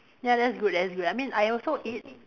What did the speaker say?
ya that's good that's good I mean I also eat